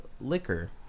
liquor